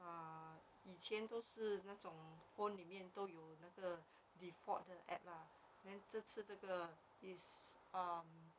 err 以前都是那种 phone 里面都有那个 default 的 app lah then 这次这个 is um